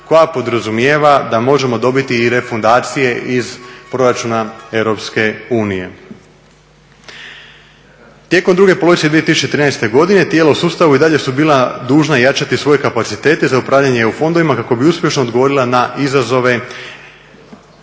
koja podrazumijeva da možemo dobiti i refundacije iz proračuna Europske unije. Tijekom druge polovice 2013. godine tijela u sustavu i dalje su bila dužna jačati svoje kapacitete za upravljanje EU fondovima kako bi uspješno odgovorila na izazove